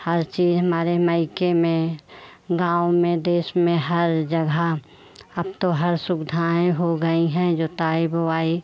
हर चीज़ हमारे मइके में गाँव में देश में हर जगह अब तो हर सुविधाएँ हो गई हैं जोताई बोवाई